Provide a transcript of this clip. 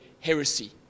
heresy